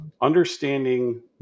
Understanding